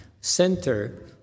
center